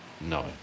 No